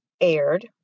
aired